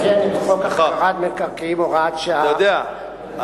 אתה יודע,